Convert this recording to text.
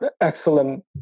excellent